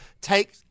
take